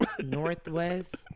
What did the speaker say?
Northwest